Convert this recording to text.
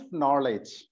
knowledge